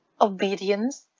obedience